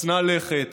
הצנע לכת,